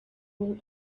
will